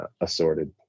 assorted